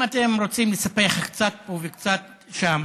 אם אתם רוצים לספח קצת פה וקצת שם,